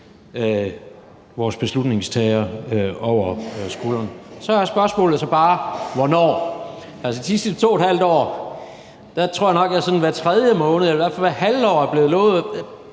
vores beslutningstagere over skulderen. Så er spørgsmålet så bare om hvornår. De sidste 2½ år tror jeg nok jeg sådan hver tredje måned eller i hvert fald hvert halve år er blevet lovet